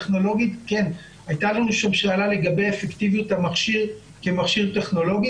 הייתה לנו שם שאלה לגבי אפקטיביות המכשיר כמכשיר טכנולוגי